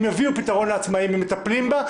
הם יביאו פתרון לעצמאים, הם מטפלים בהם.